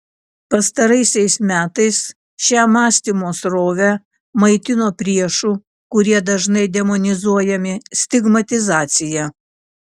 pastaraisiais metais šią mąstymo srovę maitino priešų kurie dažnai demonizuojami stigmatizacija